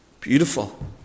Beautiful